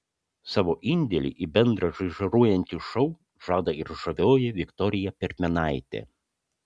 savo indėlį į bendrą žaižaruojantį šou žada ir žavioji viktorija perminaitė